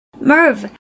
Merv